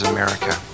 America